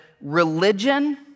religion